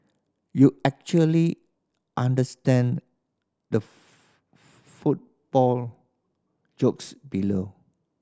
you actually understand the football jokes below